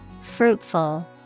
Fruitful